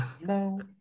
No